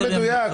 זה לא מדויק,